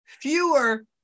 fewer